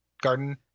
garden